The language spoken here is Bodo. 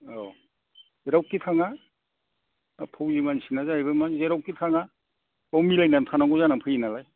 औ जेरावखि थाङा फौजि मानसिना जाहैबाय मा जेरावखि थाङा बेयाव मिलायना थानांगौ जानानै फैयो नालाय